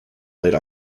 late